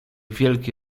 wielki